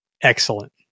excellent